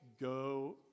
Go